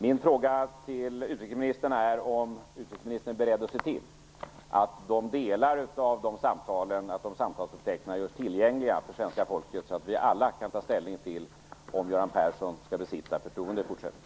Min fråga är om utrikesministern är beredd att se till att de delarna av samtalsuppteckningarna görs tillgängliga för svenska folket, så att vi alla kan ta ställning till om Göran Persson skall besitta förtroende i fortsättningen.